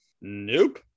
Nope